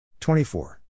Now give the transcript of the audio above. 24